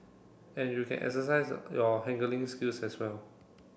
and you can exercise your haggling skills as well